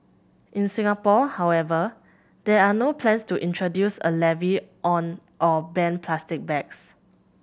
in Singapore however there are no plans to introduce a levy on or ban plastic bags